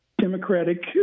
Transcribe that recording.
Democratic